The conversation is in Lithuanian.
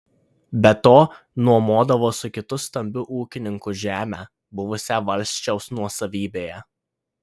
be to nuomodavo su kitu stambiu ūkininku žemę buvusią valsčiaus nuosavybėje